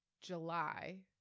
july